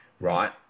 right